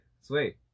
Sweet